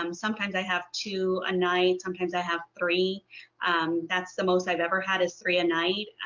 um sometimes i have two a night sometimes i have three that's the most i've ever had is three a night.